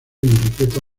enriqueta